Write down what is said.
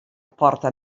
porta